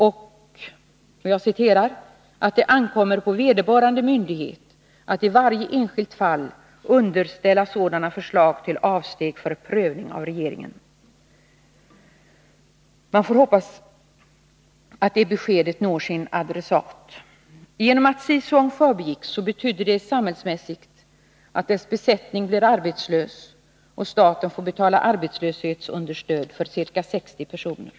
Vidare sägs det i svaret: ”Det ankommer på vederbörande myndighet att i varje enskilt fall underställa sådana förslag till avsteg för prövning av regeringen.” Man får hoppas att det beskedet når sin adressat. I och med att fartyget Sea Song förbigicks, blev dess besättning arbetslös. Sett från samhällets synpunkt får staten alltså betala arbetslöshetsunderstöd för ca 60 personer.